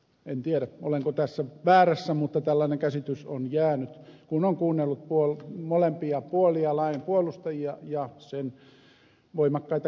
en tiedä olenko tässä väärässä mutta tällainen käsitys on jäänyt kun on kuunnellut molempia puolia lain puolustajia ja sen voimakkaita kritisoijia